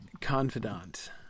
Confidant